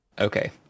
Okay